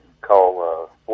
Call